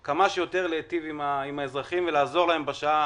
להטיב כמה שיותר עם האזרחים ולעזור להם בשעה